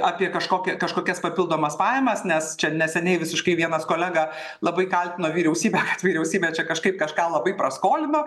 apie kažkokią kažkokias papildomas pajamas nes čia neseniai visiškai vienas kolega labai kaltino vyriausybę kad vyriausybė čia kažkaip kažką labai praskolino